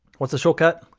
what's the shortcut?